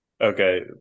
Okay